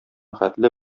хәтле